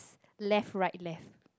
left right left